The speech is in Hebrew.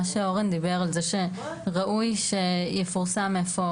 מה שאורן דיבר על זה שראוי שיפורסם איפה